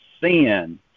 sin